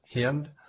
Hind